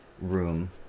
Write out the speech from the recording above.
room